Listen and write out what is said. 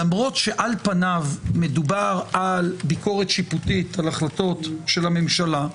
למרות שעל פניו מדובר על ביקורת שיפוטית על החלטות של הממשלה,